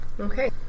Okay